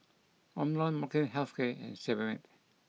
Omron Molnylcke health care and Sebamed